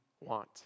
want